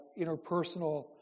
interpersonal